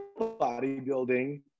bodybuilding